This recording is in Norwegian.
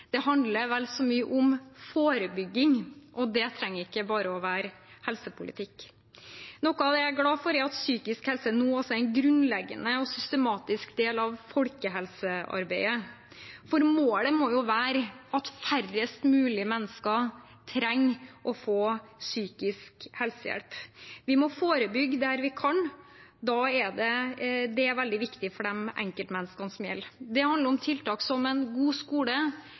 forebygging, og det trenger ikke bare å være helsepolitikk. Noe jeg er glad for, er at psykisk helse nå er en grunnleggende og systematisk del av folkehelsearbeidet, for målet må jo være at færrest mulig mennesker trenger å få psykisk helsehjelp. Vi må forebygge der vi kan – det er veldig viktig for de enkeltmenneskene det gjelder. Det handler om tiltak som en god skole,